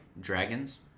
dragons